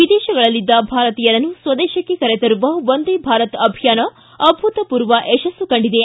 ವಿದೇಶಗಳಲ್ಲಿದ್ದ ಭಾರತೀಯರನ್ನು ಸ್ವದೇಶಕ್ಕೆ ಕರೆ ತರುವ ವಂದೇ ಭಾರತ್ ಅಭಿಯಾನ ಅಭೂತಪೂರ್ವ ಯಶಸ್ಸು ಕಂಡಿದೆ